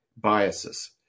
biases